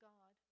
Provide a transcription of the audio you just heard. God